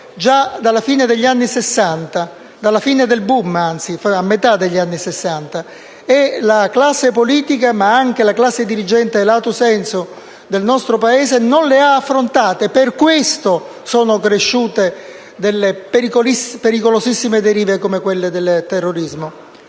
nostro Paese erano poste già dalla fine del *boom*, a metà degli anni Sessanta. La classe politica, ma anche la classe dirigente *lato* *sensu* del nostro Paese non le ha affrontate; per questo sono cresciute delle pericolosissime derive come quelle del terrorismo.